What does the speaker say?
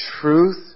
truth